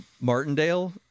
Martindale